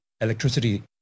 electricity